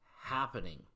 happening